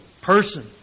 person